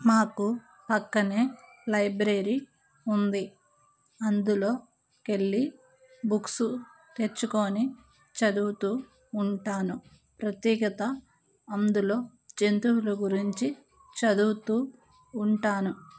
మాకు ప్రక్కనే లైబ్రరీ ఉంది అందులోకి వెళ్ళి బుక్స్ తెచ్చుకొని చదువుతూ ఉంటాను ప్రత్యేకత అందులో జంతువుల గురించి చదువుతూ ఉంటాను